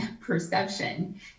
perception